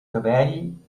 cabell